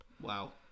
Wow